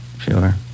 Sure